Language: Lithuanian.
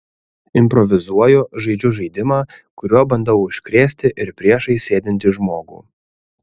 improvizuoju žaidžiu žaidimą kuriuo bandau užkrėsti ir priešais sėdintį žmogų